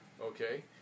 Okay